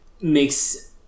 makes